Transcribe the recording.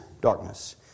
darkness